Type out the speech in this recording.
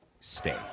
stay